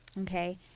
Okay